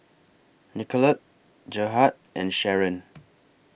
Nicolette Gerhard and Sharen